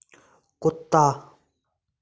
कुत्ता